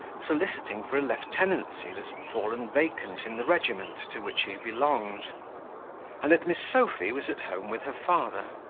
soliciting for a lieutenancy that had fallen vacant in the regiment to which he belonged and that miss sophy was at home with her father.